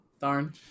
Darn